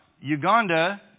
Uganda